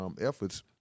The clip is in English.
efforts